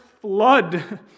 flood